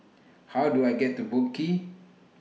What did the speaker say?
How Do I get to Boat Quay